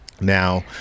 Now